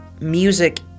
music